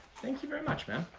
thank you very much, man.